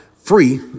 Free